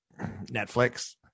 Netflix